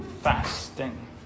fasting